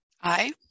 Aye